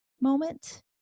moment